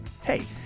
hey